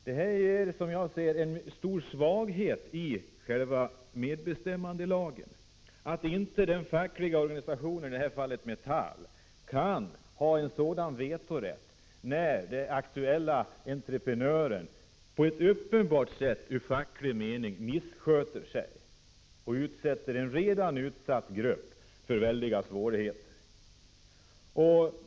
Det är, som jag ser det, en stor svaghet i MBL att inte den fackliga organisationen, i det här fallet Metall, kan ha en sådan vetorätt när den aktuella entreprenören så uppenbart missköter sig och utsätter en redan utsatt grupp för väldiga svårigheter.